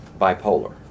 bipolar